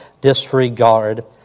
disregard